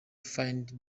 find